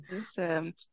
Awesome